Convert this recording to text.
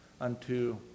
unto